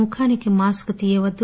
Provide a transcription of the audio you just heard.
ముఖానికి మాస్క్ తియ్యవద్దు